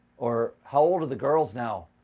or how old are the girls now?